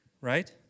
right